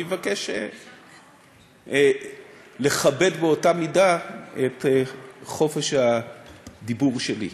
אני מבקש לכבד באותה מידה את חופש הדיבור שלי.